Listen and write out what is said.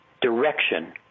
direction